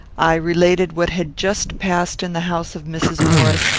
i related what had just passed in the house of mrs. maurice,